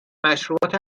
مشروبات